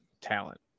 Talent